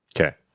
Okay